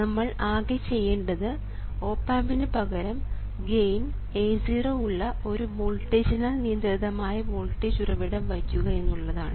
നമ്മൾ ആകെ ചെയ്യേണ്ടത് ഓപ് ആമ്പിന് പകരം ഗെയിൻ A0 ഉള്ള ഒരു വോൾട്ടേജിനാൽ നിയന്ത്രിതമായ വോൾട്ടേജ് ഉറവിടം വയ്ക്കുക എന്നുള്ളതാണ്